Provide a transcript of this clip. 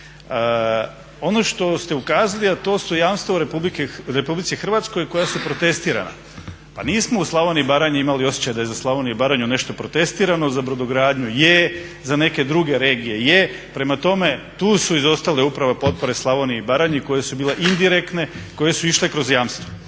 Ono što ste ukazali a to su jamstva u RH koja su protestirana. Pa nismo u Slavoniji i Baranji imali osjećaj da je za Slavoniju i Baranju nešto protestirano, za brodogradnju je, za neke druge regije je. Prema tome, tu su izostale upravo potpore Slavoniji i Baranji koje su bile indirektne, koje su išle kroz jamstva.